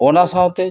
ᱚᱱᱟ ᱥᱟᱶᱛᱮ